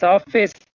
Office